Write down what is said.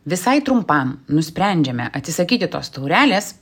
visai trumpam nusprendžiame atsisakyti tos taurelės